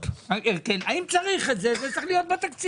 אם צריך את זה, זה צריך להיות בתקציב.